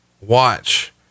watch